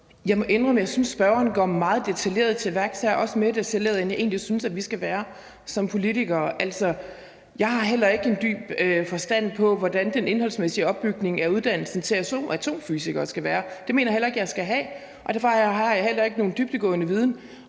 Jeg må indrømme, at jeg synes, at spørgeren går meget detaljeret til værks her, også mere detaljeret, end jeg egentlig synes at vi skal gøre som politikere. Jeg har f.eks. ikke dyb forstand på, hvordan den indholdsmæssige opbygning af uddannelsen til atomfysiker skal være, og det mener jeg heller ikke jeg skal have, og på samme måde har jeg heller ikke nogen dybdegående viden